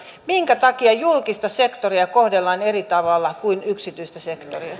minkä takia julkista sektoria kohdellaan eri tavalla kuin yksityistä sektoria